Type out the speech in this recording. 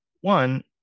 one